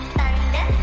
Thunder